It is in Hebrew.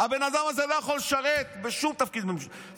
הבן אדם הזה לא יכול לשרת בשום תפקיד ציבורי.